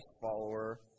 follower